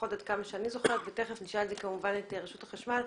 לפחות עד כמה שאני זוכרת ותכף נשאל כמובן את רשות החשמל,